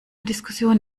diskussion